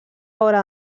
obra